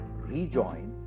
rejoin